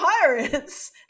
pirates